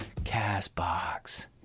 CastBox